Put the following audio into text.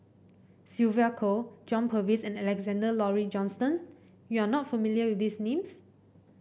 Sylvia Kho John Purvis and Alexander Laurie Johnston you are not familiar with these names